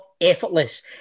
effortless